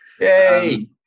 yay